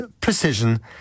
precision